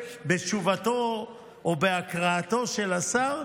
מסתפק בתשובתו או בהקראתו של השר?